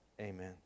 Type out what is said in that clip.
Amen